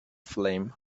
flame